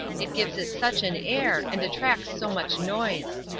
it gives it such an air and attracts so much noise.